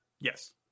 Yes